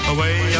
Away